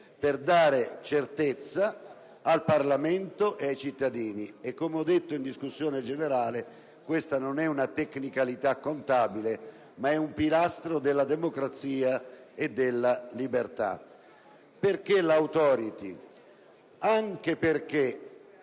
per dare certezza al Parlamento e ai cittadini; e come ho detto in discussione generale questa non è una tecnicalità contabile, ma un pilastro della democrazia e della libertà. Abbiamo pensato